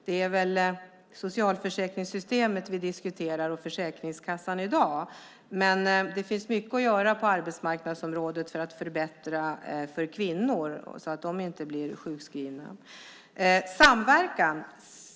Det är socialförsäkringssystemet och Försäkringskassan som vi diskuterar i dag. Men det finns mycket att göra på arbetsmarknadsområdet för att förbättra för kvinnor så att de inte blir sjukskrivna. Man har talat om samverkan här.